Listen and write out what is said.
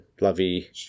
lovey